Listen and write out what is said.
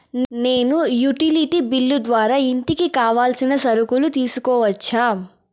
నేను utility bill ద్వారా ఇంటికి కావాల్సిన సరుకులు తీసుకోవచ్చా?